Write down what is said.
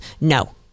No